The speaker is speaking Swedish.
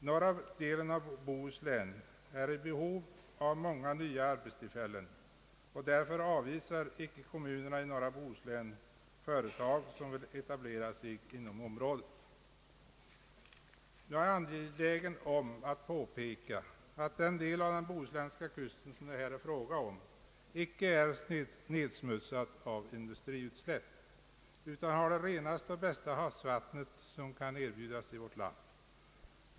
Norra delen av Bohuslän är i behov av många nya arbetstillfällen och därför avvisar icke kommunerna i norra Bohuslän företag som vill etablera sig i området. Jag är angelägen påpeka att den del av den bohuslänska kusten som det här gäller icke är nedsmutsad med industriutsläpp, utan har det renaste och bästa havsvattnet som kan erbjudas i vårt land.